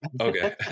Okay